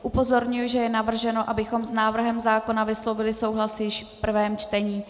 Upozorňuji, že je navrženo, abychom s návrhem zákona vyslovili souhlas již v prvém čtení.